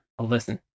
listen